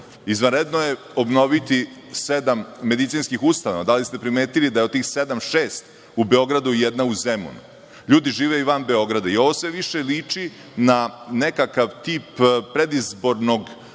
Beogradu? Izvanredno je obnoviti sedam medicinskih ustanova. Da li ste primetili da je od tih sedam šest u Beogradu, a jedna u Zemunu? LJudi žive i van Beograda. Ovo sve više liči na nekakav tip predizbornog programa